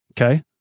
Okay